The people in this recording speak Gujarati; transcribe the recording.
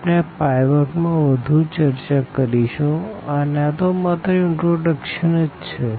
આપણે પાઈવોટ માં વધુ ચર્ચા કરીશું અને આ તો માત્ર ઇનટ્રોડકશન જ છે